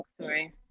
Sorry